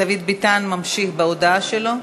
דוד ביטן ממשיך בהודעה שלו.